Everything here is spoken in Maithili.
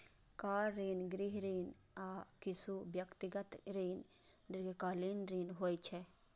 कार ऋण, गृह ऋण, आ किछु व्यक्तिगत ऋण दीर्घकालीन ऋण होइ छै